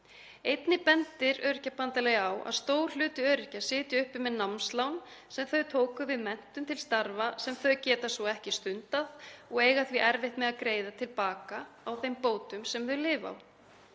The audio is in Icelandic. Einnig bendir Öryrkjabandalagið á að stór hluti öryrkja sitji uppi með námslán sem þau tóku við menntun til starfa sem þau geta svo ekki stundað og eiga því erfitt með að greiða til baka á þeim bótum sem þau lifa